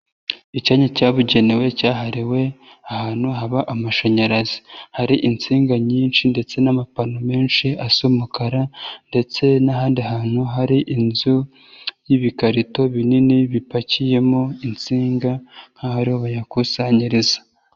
Icyanya cyabugenewe cyahariwe ahantu haba amashanyarazi, hari insinga nyinshi ndetse n'amapano menshi asa umukara ndetse n'ahandi hantu hari inzu y'ibikarito binini bipakiyemo insinga nk'aho ari ho bayakusanyiriza.